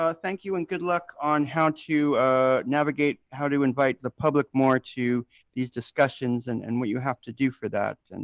ah thank you and good luck on how to ah navigate how to invite the public more to these discussions and and what you have to do for that. and